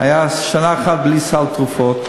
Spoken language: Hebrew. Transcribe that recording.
הייתה שנה אחת בלי סל תרופות,